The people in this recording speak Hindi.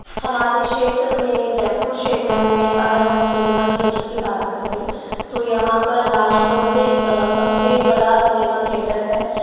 हमारे क्षेत्र में जयपुर क्षेत्र में अगर हम सिनेमा थिएटर की बात करें तो यहाँ पर राजमंदिर सबसे बड़ा सिनेमा थिएटर है